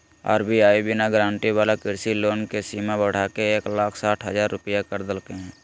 RBI बिना guarantee वाला कृषि लोन के सीमा बढ़ाके एक लाख साठ हजार रुपया कर देलके हें